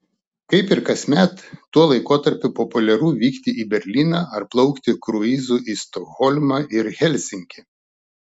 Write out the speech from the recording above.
kaip ir kasmet tuo laikotarpiu populiaru vykti į berlyną ar plaukti kruizu į stokholmą ir helsinkį